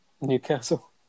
Newcastle